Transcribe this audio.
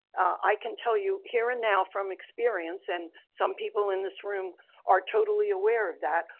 i can tell you here and now from experience and some people in this room are totally aware of that,